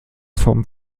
vom